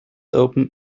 open